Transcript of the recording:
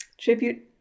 tribute